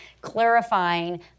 clarifying